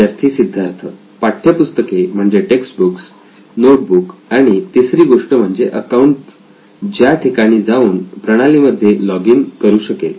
विद्यार्थी सिद्धार्थ पाठ्यपुस्तके म्हणजे टेक्स्ट बुक्स नोटबुक आणि तिसरी गोष्ट म्हणजे अकाउंट ज्या ठिकाणी जाऊन प्रणालीमध्ये लॉगिन करू शकेल